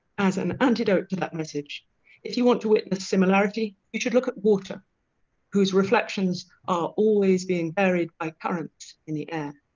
as an antidote to that message if you want to witness similarity you should look at water whose reflections are always being buried by currents in the air.